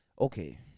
okay